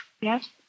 Yes